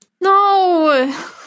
No